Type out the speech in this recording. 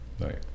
Right